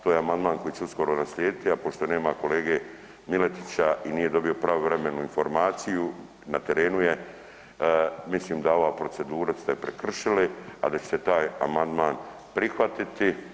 To je amandman koji će uskoro naslijediti, a pošto nema kolege Miletića i nije dobio pravovremenu informaciju, na terenu je, mislim da ova procedura, da ste je prekršili, a da ćete taj amandman prihvatiti.